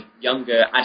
younger